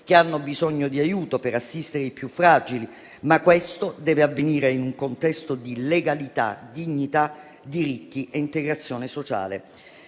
che hanno bisogno di aiuto per assistere i più fragili, ma questo deve avvenire in un contesto di legalità, dignità, diritti e integrazione sociale.